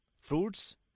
fruits